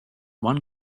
one